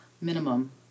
minimum